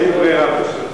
אין ברירה.